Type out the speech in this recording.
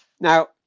Now